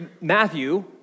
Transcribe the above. Matthew